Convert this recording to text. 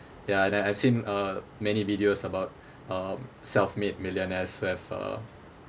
ya then I've seen uh many videos about um self-made millionaires who have uh